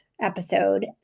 episode